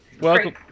Welcome